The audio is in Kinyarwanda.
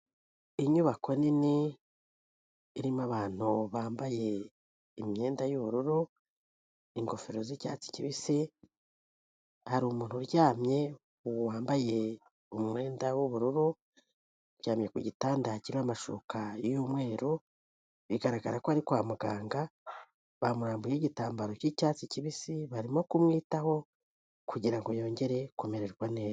Inyubako nini irimo abantu bambaye imyenda y'ubururu, ingofero z'icyatsi kibisi, hari umuntu uryamye wambaye umwenda w'ubururu, aryamye ku gitanda kiriho amashuka y'umweru, bigaragara ko ari kwa muganga bamurambuyeho igitambaro cy'icyatsi kibisi, barimo kumwitaho kugira ngo yongere kumererwa neza.